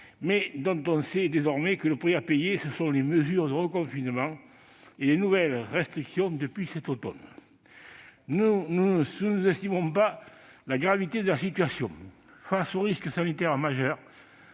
mais dont on sait désormais que le prix à payer sont les mesures de reconfinement et les nouvelles restrictions de cet automne. Nous ne sous-estimons pas la gravité de la situation : la tentation est